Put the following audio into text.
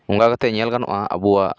ᱚᱱᱠᱟ ᱠᱟᱛᱮᱫ ᱧᱮᱞ ᱜᱟᱱᱚᱜᱼᱟ ᱟᱵᱚᱣᱟᱜ